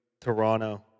Toronto